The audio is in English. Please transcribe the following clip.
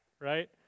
right